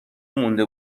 مونده